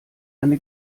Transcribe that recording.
eine